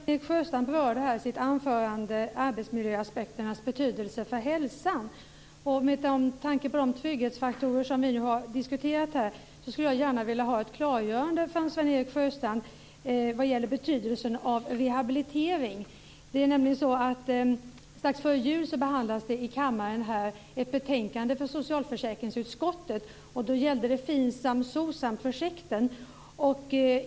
Fru talman! Sven-Erik Sjöstrand berörde i sitt anförande arbetsmiljöaspekternas betydelse för hälsan. Med tanke på de trygghetsfaktorer som vi har diskuterat skulle jag gärna vilja ha ett klargörande från Sven-Erik Sjöstrand vad gäller betydelsen av rehabilitering. Strax före jul behandlades nämligen i kammaren ett betänkande från socialförsäkringsutskottet. Då gällde det FINSAM och SOCSAM-projekten.